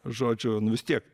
žodži nu vis tiek